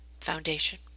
foundation